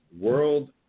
World